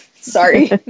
Sorry